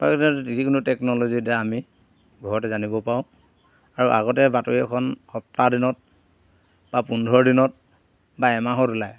যিকোনো টেকন'লজি এতিয়া আমি ঘৰতে জানিব পাৰোঁ আৰু আগতে বাতৰি এখন সপ্তাহ দিনত বা পোন্ধৰ দিনত বা এমাহত ওলাই